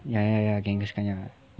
ya ya ya kangastan ya